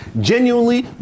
genuinely